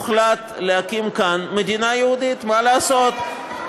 הוחלט להקים כאן מדינה יהודית, מה לעשות?